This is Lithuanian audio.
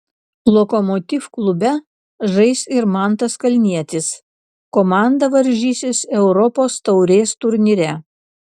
lokomotiv klube žais ir mantas kalnietis komanda varžysis europos taurės turnyre